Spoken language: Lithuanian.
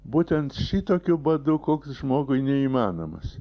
būtent šitokiu būdu koks žmogui neįmanomas